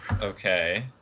Okay